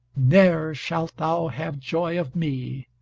ne'er shalt thou have joy of me.